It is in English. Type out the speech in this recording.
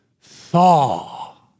thaw